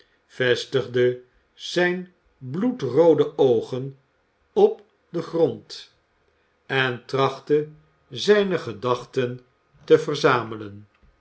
vestigde zijne bloedroode oogen op den grond en trachtte zijne gedachten te verzamelen